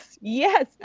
Yes